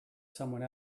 someone